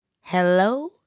Hello